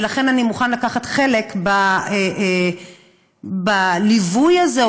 ולכן אני מוכן לקחת חלק בליווי הזה,